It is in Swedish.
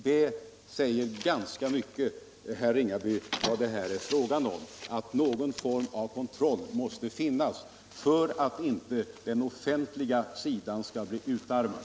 Det säger ganska mycket, herr Ringaby, om vad det här är fråga om, nämligen att någon form av kontroll måste det finnas för att inte den offentliga sektorn skall bli utarmad.